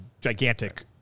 gigantic